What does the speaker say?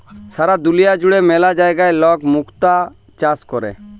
সারা দুলিয়া জুড়ে ম্যালা জায়গায় লক মুক্ত চাষ ক্যরে